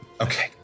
Okay